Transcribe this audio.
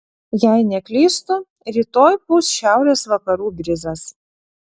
jei neklystu rytoj pūs šiaurės vakarų brizas